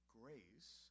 grace